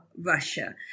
Russia